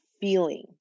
feeling